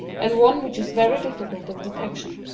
and one which is very difficult of detection.